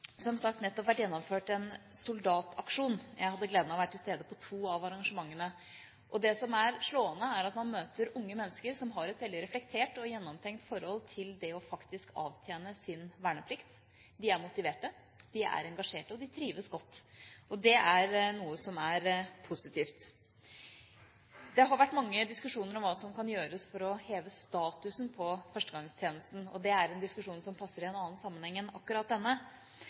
som sagt nettopp vært gjennomført en soldataksjon. Jeg hadde gleden av å være til stede på to av arrangementene. Og det som er slående, er at man møter unge mennesker som har et veldig reflektert og gjennomtenkt forhold til det å faktisk avtjene sin verneplikt. De er motiverte, de er engasjerte, og de trives godt. Og det er noe som er positivt. Det har vært mange diskusjoner om hva som kan gjøres for å heve statusen på førstegangstjenesten. Det er en diskusjon som passer i en annen sammenheng enn akkurat denne,